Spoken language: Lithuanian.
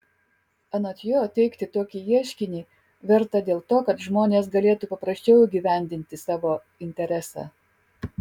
anot jo teikti tokį ieškinį verta dėl to kad žmonės galėtų paprasčiau įgyvendinti savo interesą